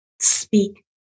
speak